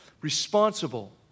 responsible